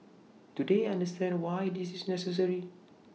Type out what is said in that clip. do they understand why this is necessary